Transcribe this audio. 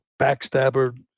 backstabber